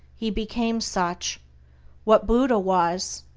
he became such what buddha was,